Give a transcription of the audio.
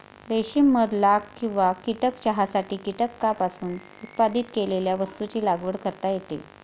रेशीम मध लाख किंवा कीटक चहासाठी कीटकांपासून उत्पादित केलेल्या वस्तूंची लागवड करता येते